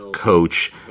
coach